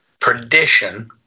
perdition